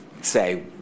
say